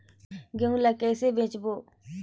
गहूं ला कइसे बेचबो?